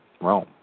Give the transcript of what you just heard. Rome